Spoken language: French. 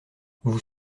vous